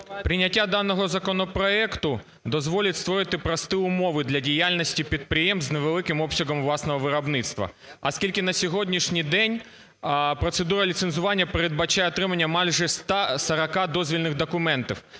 Прийняття даного законопроекту дозволить створити прості умови для діяльності підприємств з невеликим обсягом власного виробництва, оскільки на сьогоднішній день процедура ліцензування передбачає отримання майже 140 дозвільних документів.